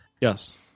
Yes